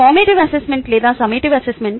formative assessment లేదా assessment assessment